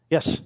Yes